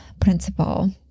principle